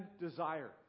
desire